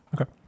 Okay